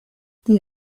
die